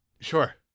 Sure